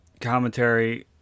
commentary